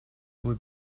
would